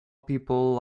people